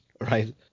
right